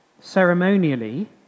ceremonially